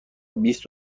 بیست